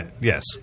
Yes